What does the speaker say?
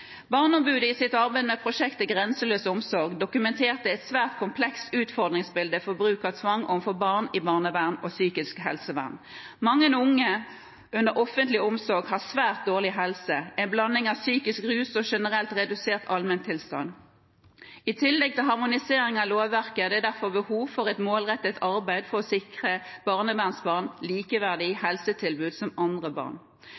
Barneombudet har i sitt arbeid med prosjektet Grenseløs omsorg dokumentert et svært komplekst utfordringsbilde for bruk av tvang overfor barn i barnevern og psykisk helsevern. Mange unge under offentlig omsorg har svært dårlig helse – en blanding av psykisk helse, rus og generelt redusert allmenntilstand. I tillegg til harmonisering av lovverket er det derfor behov for et målrettet arbeid for å sikre barnevernsbarn likeverdig helsetilbud i forhold til andre barn.